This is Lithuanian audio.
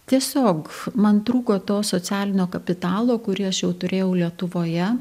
tiesiog man trūko to socialinio kapitalo kurį aš jau turėjau lietuvoje